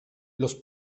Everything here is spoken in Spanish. los